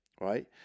right